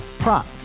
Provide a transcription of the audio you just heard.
Prop